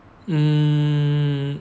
um